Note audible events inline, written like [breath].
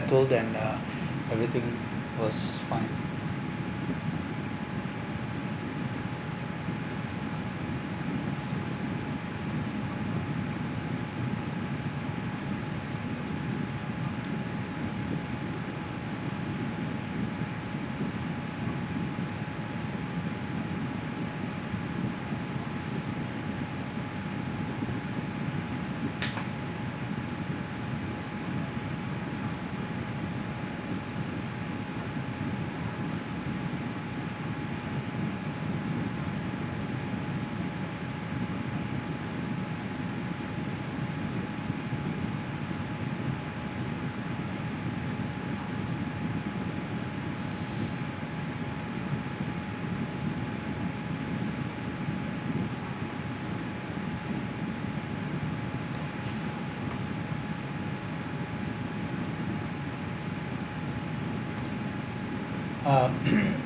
told then uh everything was fine [breath] uh [coughs]